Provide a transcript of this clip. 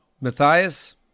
Matthias